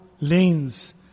lanes